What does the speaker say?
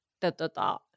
da-da-da